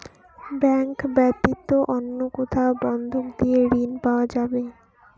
Bank ব্যাতীত অন্য কোথায় বন্ধক দিয়ে ঋন পাওয়া যাবে?